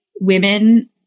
women